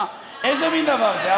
מה, איזה מין דבר זה?